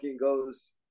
goes